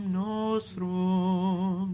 nostrum